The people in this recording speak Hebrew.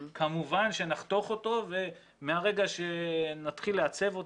כמובן שנחתוך אותו ומהרגע שנתחיל לעצב אותו,